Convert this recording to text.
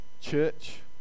church